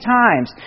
times